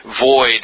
void